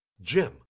Jim